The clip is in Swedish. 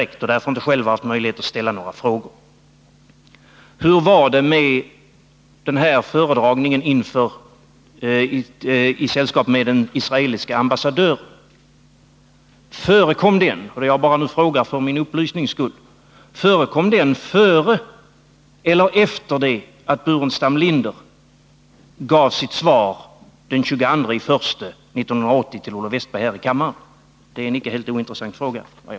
Låt mig därför som fåkunnig och för min egen upplysning ställa en fråga: Förekom föredragningen i sällskap med den israeliske ambassadören före eller efter det att Staffan Burenstam Linder lämnade sitt svar till Olle Wästberg här i kammaren den 22 januari 1980? Det är såvitt jag förstår en icke helt ointressant fråga.